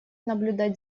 наблюдать